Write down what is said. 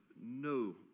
no